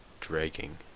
dragging